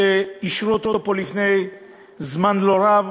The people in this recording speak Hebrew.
שאישרו אותו פה לפני זמן לא רב,